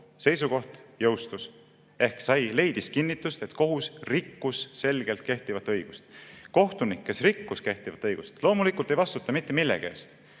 seisukoht jõustus ehk leidis kinnitust, et kohus rikkus selgelt kehtivat õigust. Kohtunik, kes rikkus kehtivat õigust, loomulikult ei vastuta mitte millegi eest.